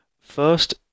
first